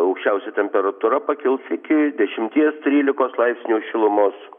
aukščiausia temperatūra pakils iki dešimties trylikos laipsnių šilumos